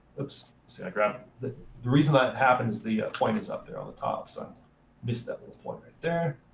oops. see that grab? the the reason that happened is the point is up there on the top. so i missed that little point right there.